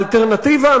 האלטרנטיבה,